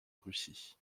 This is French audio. russie